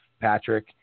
Patrick